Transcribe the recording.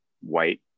white